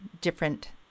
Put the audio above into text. different